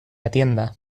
atienda